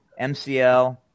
MCL